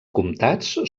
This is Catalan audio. comtats